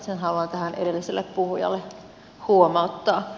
sen haluan tähän edelliselle puhujalle huomauttaa